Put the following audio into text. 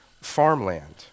farmland